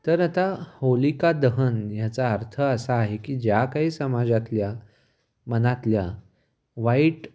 तर आता होलिकादहन ह्याचा अर्थ असा आहे की ज्या काही समाजातल्या मनातल्या वाईट